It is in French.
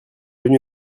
venus